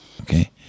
okay